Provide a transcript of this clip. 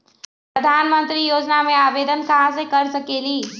प्रधानमंत्री योजना में आवेदन कहा से कर सकेली?